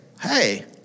hey